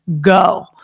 go